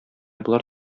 болар